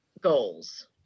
goals